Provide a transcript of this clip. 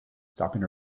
stopping